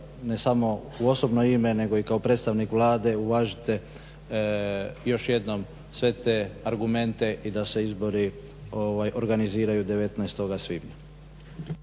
ne samo u osobno ime, nego i kako predstavnik Vlade uvažite još jednom sve te argumente i da se izbori organiziraju 19. svibnja.